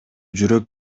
жүрөк